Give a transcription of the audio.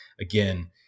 again